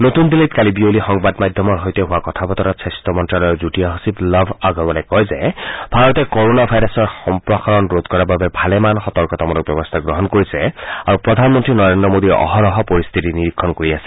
নতুন দিল্লীত আজি বিয়লি সংবাদ মাধ্যমৰ সৈতে হোৱা কথা বতৰাত স্বাস্থ্য মন্ত্ৰালয়ৰ যুটীয়া সচিব লাভ আগৰৱালে কয় যে ভাৰতে ক'ৰ'ণা ভাইৰাছৰ সম্প্ৰসাৰণ ৰোধ কৰাৰ বাবে ভালেমান সতৰ্কতামূলক ব্যৱস্থা গ্ৰহণ কৰিছে আৰু প্ৰধানমন্ত্ৰী নৰেদ্ৰ মোদীয়ে অহৰহ পৰিস্থিতি নিৰীক্ষণ কৰি আছে